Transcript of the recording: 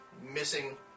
missing